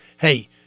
hey